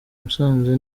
musanze